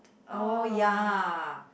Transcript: oh ya